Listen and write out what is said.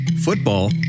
Football